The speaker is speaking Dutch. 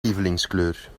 lievelingskleur